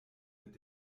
mit